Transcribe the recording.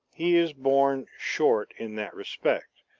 he is born short in that respect,